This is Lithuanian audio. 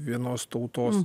vienos tautos